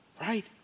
right